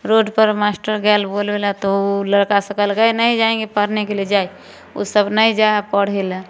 रोडपर मास्टर गेल बोलबैलए तऽ ओ लड़कासभ कहलक अइ नहीं जाएंगे पढ़ने के लिए जाइए ओसभ नहि जाइ हइ पढ़ैलए